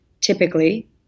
typically